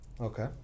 Okay